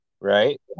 right